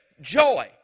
joy